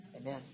Amen